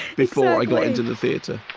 before i got into the theater